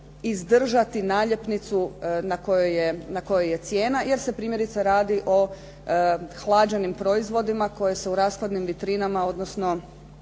izdržati naljepnicu na kojoj je cijena jer se primjerice radi o hlađenim proizvodima koji se u rashladnim vitrinama, odnosno